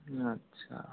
अच्छा